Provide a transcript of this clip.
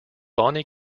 bonnie